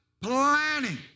Planning